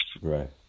Right